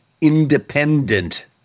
independent